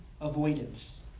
avoidance